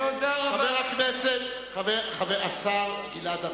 חבר הכנסת, השר גלעד ארדן.